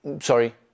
Sorry